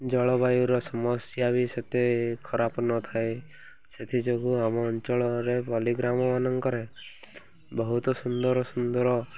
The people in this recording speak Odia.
ଜଳବାୟୁର ସମସ୍ୟା ବି ସେତେ ଖରାପ ନଥାଏ ସେଥିଯୋଗୁଁ ଆମ ଅଞ୍ଚଳରେ ପଲ୍ଲିଗ୍ରାମମାନଙ୍କରେ ବହୁତ ସୁନ୍ଦର ସୁନ୍ଦର